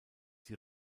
die